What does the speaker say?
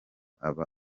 aba